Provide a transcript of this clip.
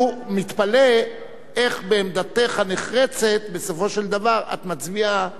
הוא מתפלא איך בעמדתך הנחרצת בסופו של דבר את מצביעה